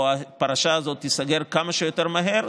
שהפרשה הזאת תיסגר כמה שיותר מהר,